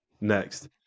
Next